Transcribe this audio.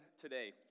today